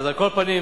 על כל פנים,